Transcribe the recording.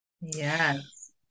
Yes